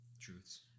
truths